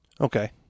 Okay